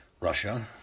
Russia